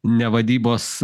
ne vadybos